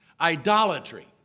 idolatry